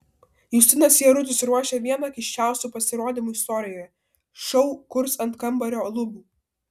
justinas jarutis ruošia vieną keisčiausių pasirodymų istorijoje šou kurs ant kambario lubų